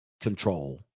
control